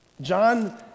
John